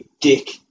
dick